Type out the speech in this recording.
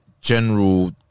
general